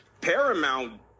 Paramount